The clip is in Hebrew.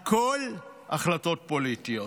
הכול החלטות פוליטיות.